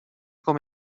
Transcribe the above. com